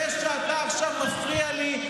בזה שאתה עכשיו מפריע לי,